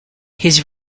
his